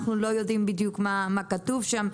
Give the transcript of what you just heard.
אנחנו לא יודעים בדיוק מה כתוב שם.